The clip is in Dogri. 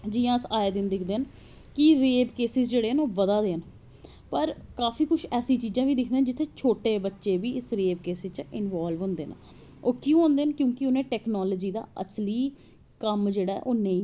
जियां आय दिन अस दिक्खनें न कि रेप केसिस जेह्ड़े ओह् बधा दे न कुस चीजां ऐसियां बी दिक्खनें न जित्थें शोटे बच्चे बी रेप केसिस च इन्वालव होंदे न ओह् क्यों होंदे ना कि उनें टैकनॉलजी दा असली कम्म जेह्ड़ा ओह् नेंई पता